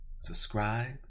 subscribe